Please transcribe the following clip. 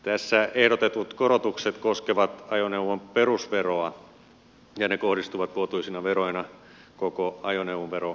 tässä ehdotetut korotukset koskevat ajoneuvon perusveroa ja ne kohdistuvat vuotuisina veroina koko ajoneuvoverokantaan